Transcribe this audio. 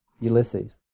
Ulysses